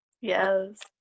Yes